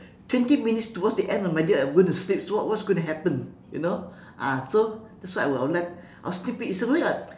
twenty minutes towards the end of my day I'm going to sleep so what's what's going to happen you know ah so that's why I will I will like I will sneak peek it's a only a